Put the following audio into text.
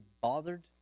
bothered